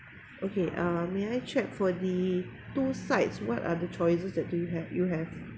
okay uh may I check for the two sides what are the choices that you have you have